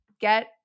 get